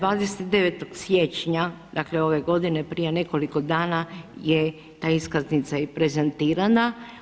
29. siječnja dakle ove godine prije nekoliko dana je ta iskaznica i prezentirana.